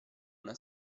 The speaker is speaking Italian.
una